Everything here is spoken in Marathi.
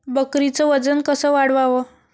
बकरीचं वजन कस वाढवाव?